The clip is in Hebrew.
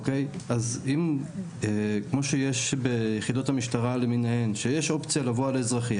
כמו שיש ביחידות המשטרה למיניהן שיש אופציה לבוא על אזרחי,